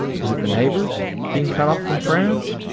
is it the neighbours, being cut off from friends?